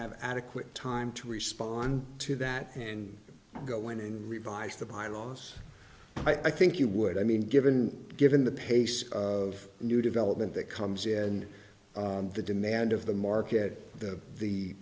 have adequate time to respond to that and go in and revise the bylaws i think you would i mean given given the pace of new development that comes in the demand of the market the